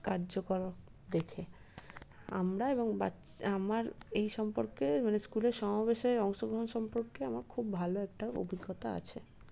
কার্যকলাপ দেখে আমরা এবং আমার এই সম্পর্কে মানে স্কুলের সমাবেশে অংশগ্রহণ সম্পর্কে আমার খুব ভালো একটা অভিজ্ঞতা আছে